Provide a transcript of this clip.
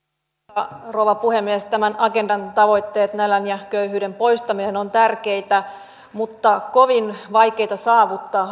arvoisa rouva puhemies tämän agendan tavoitteet nälän ja köyhyyden poistaminen ovat tärkeitä mutta kovin vaikeita saavuttaa